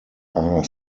are